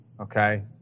okay